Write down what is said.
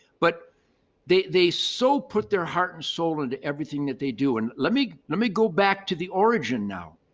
but they they so put their heart and soul into everything that they do. and let me let me go back to the origin now.